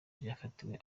byafatiwe